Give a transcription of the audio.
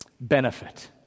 benefit